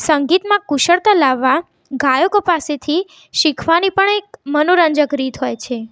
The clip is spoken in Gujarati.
સંગીતમાં કુશળતા લાવવા ગાયકો પાસેથી શીખવાની પણ એક મનોરંજક રીત હોય છે